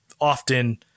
often